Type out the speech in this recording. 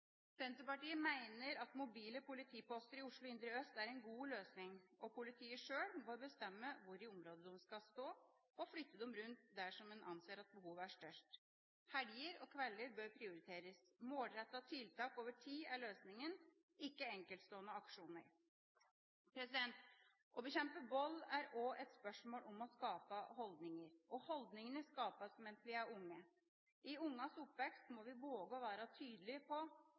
Senterpartiet mener at mobile politiposter i Oslo indre øst er en god løsning. Politiet sjøl må bestemme hvor i området de skal stå, og flytte dem rundt der man anser at behovet er størst. Helger og kvelder bør prioriteres. Målrettede tiltak over tid er løsningen, ikke enkeltstående aksjoner. Å bekjempe vold er også et spørsmål om å skape holdninger, og holdningene skapes mens vi er unge. I ungenes oppvekst må vi våge å være tydelige på